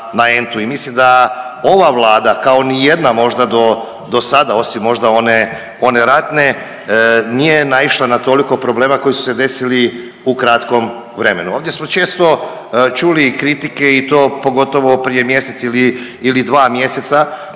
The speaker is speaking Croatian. i mislim da ova Vlada kao nijedna možda do sada, osim možda one, one ratne, nije naišla na toliko problema koji su se desili u kratkom vremenu. Ovdje smo često čuli i kritike i to pogotovo prije mjesec ili dva mjeseca